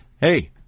Hey